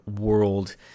world